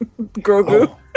Grogu